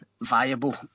viable